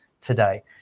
today